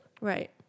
Right